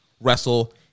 wrestle